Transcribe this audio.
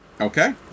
Okay